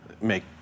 make